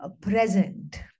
present